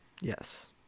Yes